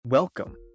Welcome